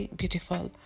beautiful